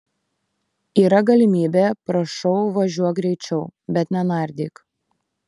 yra galimybė prašau važiuok greičiau bet nenardyk